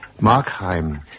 Markheim